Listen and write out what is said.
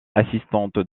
assistante